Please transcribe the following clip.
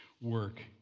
work